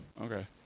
Okay